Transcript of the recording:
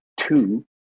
two